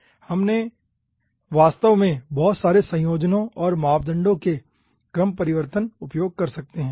इसलिए हम वास्तव में बहुत सारे संयोजनों और मापदंडों के क्रमपरिवर्तन उपयोग कर सकते हैं